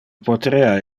poterea